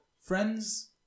friends